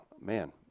man